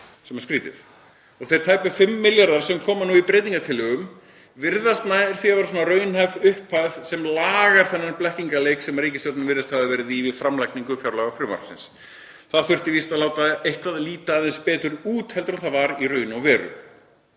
sem er skrýtið. Þeir tæpu 5 milljarðar sem koma nú í breytingartillögum virðast nær því að vera raunhæf upphæð sem lagar þennan blekkingarleik sem ríkisstjórnin virðist hafa leikið við framlagningu fjárlagafrumvarpsins. Það þurfti víst að láta eitthvað líta aðeins betur út heldur en það var í raun og veru.